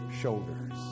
shoulders